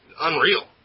unreal